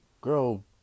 girl